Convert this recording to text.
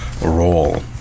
role